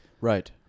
Right